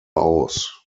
aus